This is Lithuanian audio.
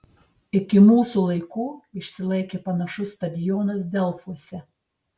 iki mūsų laikų išsilaikė panašus stadionas delfuose